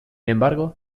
embargo